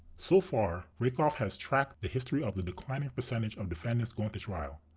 so far rakoff has tracked the history of the declining percentage of defendants going to trial.